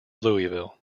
louisville